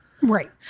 right